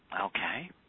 Okay